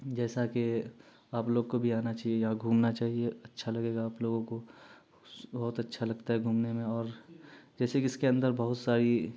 جیسا کہ آپ لوگ کو بھی آنا چاہیے یہاں گھومنا چاہیے اچھا لگے گا آپ لوگوں کو بہت اچھا لگتا ہے گھومنے میں اور جیسے کہ اس کے اندر بہت ساری